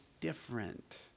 different